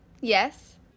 Yes